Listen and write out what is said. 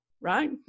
right